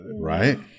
right